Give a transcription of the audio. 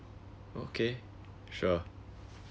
okay sure